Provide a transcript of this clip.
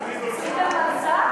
סויד.